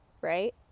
right